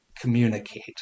communicate